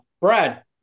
Brad